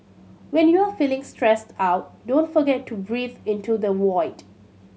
when you are feeling stressed out don't forget to breathe into the void